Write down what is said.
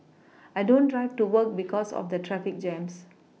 I don't drive to work because of the traffic jams